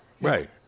Right